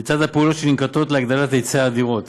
בצד הפעולות שננקטות להגדלת היצע הדירות